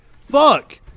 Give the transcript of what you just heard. fuck